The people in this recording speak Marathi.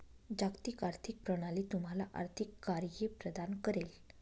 जागतिक आर्थिक प्रणाली तुम्हाला आर्थिक कार्ये प्रदान करेल